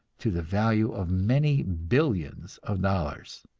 to the value of many billions of dollars.